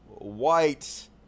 white